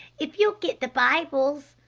if you'll get the bibles.